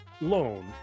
loan